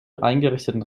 eingerichteten